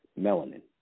melanin